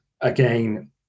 again